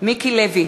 מיקי לוי,